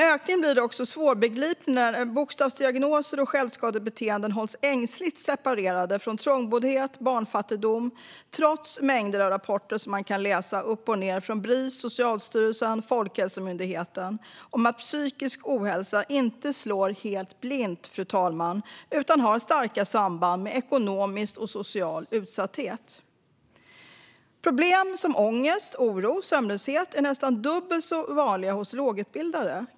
Ökningen blir också svårbegriplig när bokstavsdiagnoser och självskadebeteenden hålls ängsligt separerade från trångboddhet och barnfattigdom trots mängder av rapporter som man kan läsa uppifrån och ned från Bris, Socialstyrelsen och Folkhälsomyndigheten om att psykisk ohälsa inte slår helt blint, fru talman, utan har starka samband med ekonomisk och social utsatthet. Problem som ångest, oro och sömnlöshet är nästan dubbelt så vanliga hos lågutbildade.